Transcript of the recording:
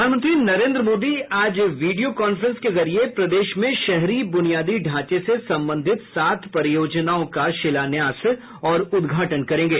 प्रधानमंत्री नरेन्द्र मोदी आज video conference के जरिये प्रदेश में शहरी ब्रनियादी ढ़ांचे से संबंधित सात परियोजनाओं का शिलान्यसस और उद्घाटन करेंगे